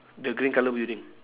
the green colour building